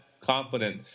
confident